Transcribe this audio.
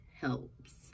helps